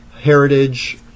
Heritage